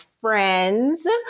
friends